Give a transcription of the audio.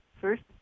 first